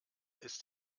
ist